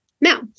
Now